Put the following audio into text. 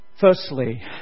Firstly